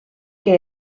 que